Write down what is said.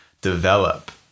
develop